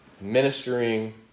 ministering